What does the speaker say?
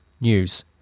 news